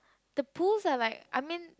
the pools are like I mean